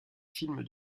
films